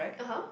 (uh huh)